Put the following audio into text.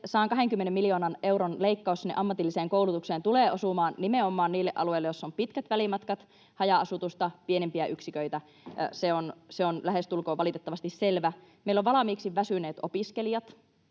se 120 miljoonan euron leikkaus sinne ammatilliseen koulutukseen tulee osumaan nimenomaan niille alueille, joissa on pitkät välimatkat, haja-asutusta, pienempiä yksiköitä. Se on lähestulkoon valitettavasti selvä. Meillä on valmiiksi väsyneet opiskelijat,